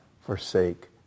forsake